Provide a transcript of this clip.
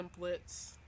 templates